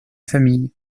famille